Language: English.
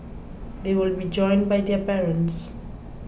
they will be joined by their parents